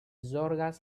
zorgas